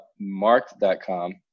Marked.com